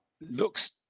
looks